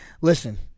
Listen